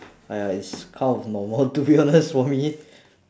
!aiya! it's kind of normal to be honest for me